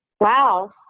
Wow